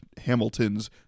Hamilton's